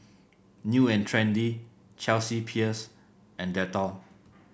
New And Trendy Chelsea Peers and Dettol